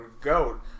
goat